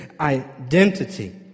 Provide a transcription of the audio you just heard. identity